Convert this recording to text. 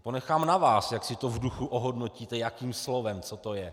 Ponechám na vás, jak si to v duchu ohodnotíte, jakým slovem, co to je.